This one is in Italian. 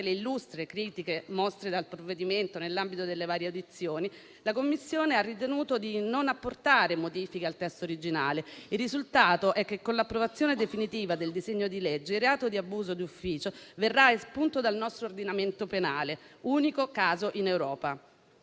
le illustri critiche mosse al provvedimento nell'ambito delle varie audizioni, la Commissione ha ritenuto di non apportare modifiche al testo originale. Il risultato è che, con l'approvazione definitiva del disegno di legge, il reato di abuso di ufficio verrà espunto dal nostro ordinamento penale, unico caso in Europa.